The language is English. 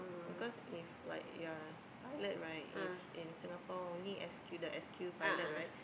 because if like you are a pilot right if in Singapore only S_Q the S_Q pilot right